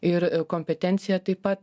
ir e kompetencija taip pat